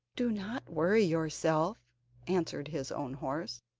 do not worry yourself answered his own horse.